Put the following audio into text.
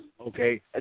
okay